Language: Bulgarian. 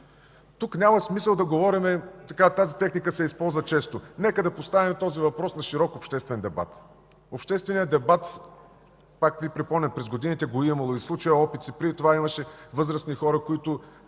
Тук няма смисъл да говорим. Тази техника се използва често. Нека да поставим този въпрос на широк обществен дебат. Общественият дебат, пак припомням, през годините го е имало – и за случая с Опиц, и преди това имаше възрастни хора, които